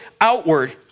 outward